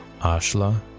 Ashla